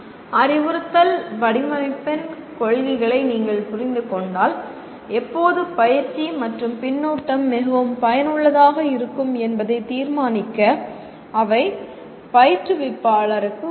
அறிவுறுத்தல் வடிவமைப்பின் கொள்கைகளை நீங்கள் புரிந்து கொண்டால் எப்போது பயிற்சி மற்றும் பின்னூட்டம் மிகவும் பயனுள்ளதாக இருக்கும் என்பதை தீர்மானிக்க அவை பயிற்றுவிப்பாளருக்கு உதவும்